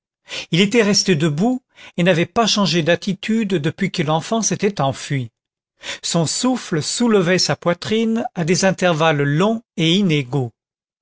il était resté debout et n'avait pas changé d'attitude depuis que l'enfant s'était enfui son souffle soulevait sa poitrine à des intervalles longs et inégaux